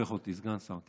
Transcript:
תסבך אותי, סגן שר.